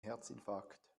herzinfarkt